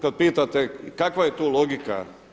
Kad pitate kakva je tu logika?